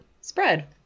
spread